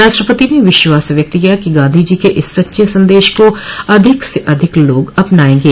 राष्ट्रपति ने विश्वास व्यक्त किया कि गांधी जी के इस सच्चे संदेश को अधिक से अधिक लोग अपनायेंगे